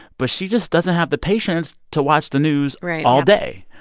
but she just doesn't have the patience to watch the news. right. all day.